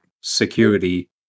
security